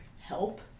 help